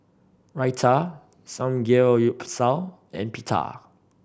Raita Samgyeopsal and Pita